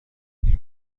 این